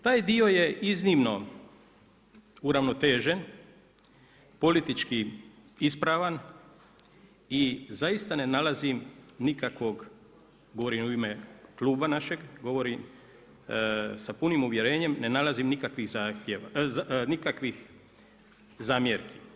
Taj dio je iznimno uravnotežen, politički ispravan i zaista ne nalazim nikakvog, govorim u ime kluba našeg, govorim sa punim uvjerenjem, ne nalazim nikakvih zamjerki.